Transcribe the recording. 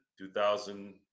2000